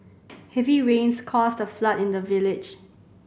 heavy rains caused a flood in the village